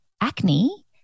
acne